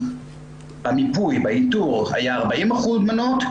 אז המיפוי באיתור היה 40% בנות.